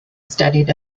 studied